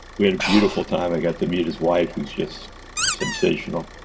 we had a beautiful time. i go to meet his wife who's just sensational